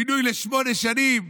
מינוי לשמונה שנים,